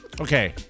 Okay